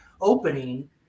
opening